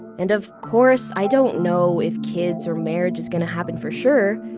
and of course, i don't know if kids or marriage is gonna happen for sure.